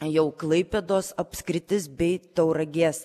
jau klaipėdos apskritis bei tauragės